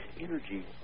energy